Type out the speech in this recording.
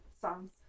songs